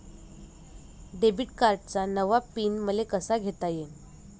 Debit कार्डचा नवा PIN मले कसा घेता येईन?